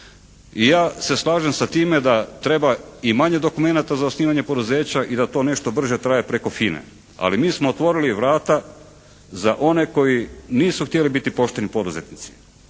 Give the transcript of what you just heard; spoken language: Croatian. I ja se slažem sa time da treba i manje dokumenata za osnivanje poduzeća i da to nešto brže traje preko FINA-e. Ali mi smo otvorili vrata za one koji nisu htjeli biti pošteni poduzetnici,